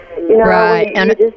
Right